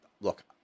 look